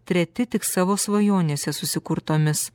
treti tik savo svajonėse susikurtomis